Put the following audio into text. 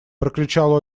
прокричал